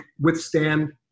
withstand